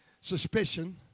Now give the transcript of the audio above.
suspicion